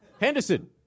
Henderson